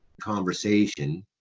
conversation